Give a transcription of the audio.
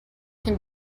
can